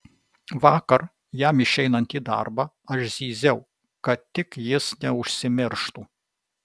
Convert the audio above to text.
vakar jam išeinant į darbą aš zyziau kad tik jis neužsimirštų